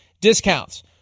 discounts